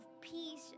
peace